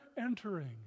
entering